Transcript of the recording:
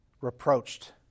reproached